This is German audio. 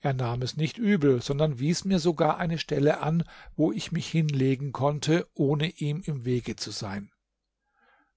er nahm es nicht übel sondern wies mir sogar eine stelle an wo ich mich hinlegen konnte ohne ihm im wege zu sein